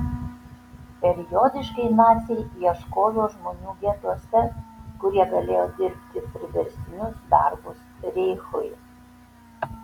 periodiškai naciai ieškojo žmonių getuose kurie galėjo dirbti priverstinius darbus reichui